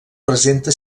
presenta